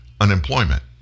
unemployment